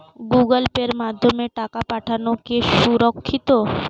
Google পের মাধ্যমে টাকা পাঠানোকে সুরক্ষিত?